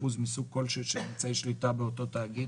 מסוג כלשהו של אמצעי שליטה באותו תאגיד,